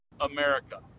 America